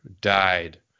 died